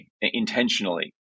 intentionally